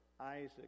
Isaac